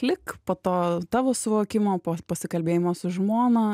lik po to tavo suvokimo po pasikalbėjimo su žmona